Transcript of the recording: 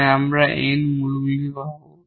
তাই আমরা n রুটগুলি পাবো